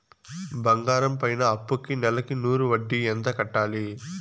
బంగారం పైన అప్పుకి నెలకు నూరు వడ్డీ ఎంత కట్టాలి?